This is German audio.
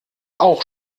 auch